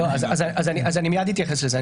אני מייד אתייחס לזה.